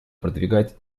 продвигать